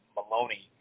Maloney